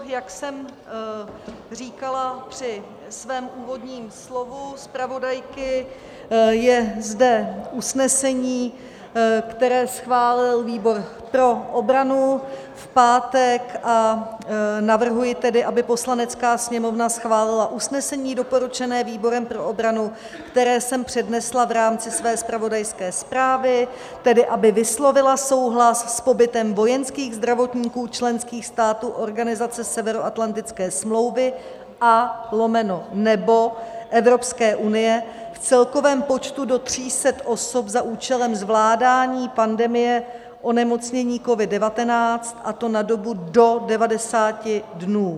Jak jsem říkala při svém úvodním slovu zpravodajky, je zde usnesení, které schválil výbor pro obranu v pátek, a navrhuji tedy, aby Poslanecká sněmovna schválila usnesení doporučené výborem pro obranu, které jsem přednesla v rámci své zpravodajské zprávy, tedy aby vyslovila souhlas s pobytem vojenských zdravotníků členských států Organizace Severoatlantické smlouvy a lomeno nebo Evropské unie v celkovém počtu do 300 osob za účelem zvládání pandemie onemocnění COVID19, a to na dobu do 90 dnů.